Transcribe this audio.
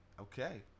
Okay